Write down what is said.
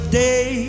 day